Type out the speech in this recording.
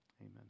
Amen